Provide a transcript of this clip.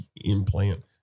implant